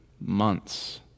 months